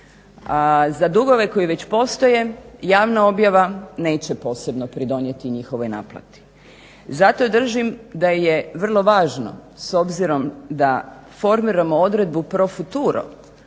za dugove koji već postoje javna objava neće posebno pridonijeti njihovoj naplati. Zato držim da je vrlo važno, s obzirom da formiramo odredbu pro futuro,